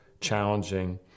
challenging